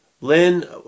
Lynn